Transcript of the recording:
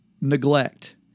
neglect